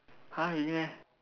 !huh! really meh